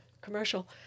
commercial